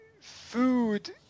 food